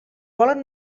volen